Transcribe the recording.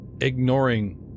ignoring